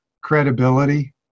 credibility